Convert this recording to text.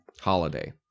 holiday